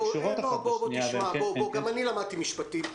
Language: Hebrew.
גם אני למדתי משפטים.